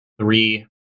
three